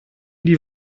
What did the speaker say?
die